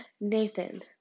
Nathan